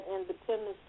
independence